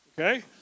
Okay